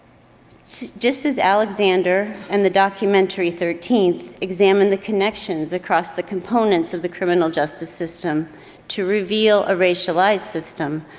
just as alexander and the documentary, thirteenth examined the connections across the components of the criminal justice system to reveal a racialized system.